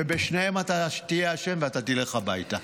ובשניהם אתה תהיה אשם ואתה תלך הביתה.